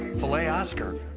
filet oscar.